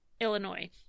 Illinois